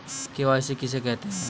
KYC किसे कहते हैं?